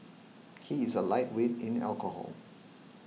he is a lightweight in alcohol